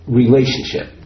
relationship